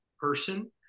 person